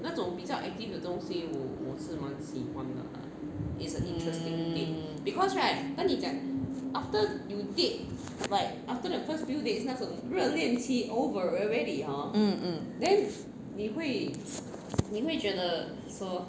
mm mm mm